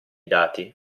dati